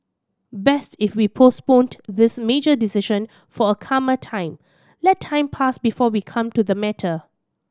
best if we postponed this major decision for a calmer time let time pass before we come to the matter